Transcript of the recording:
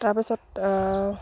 তাৰপিছত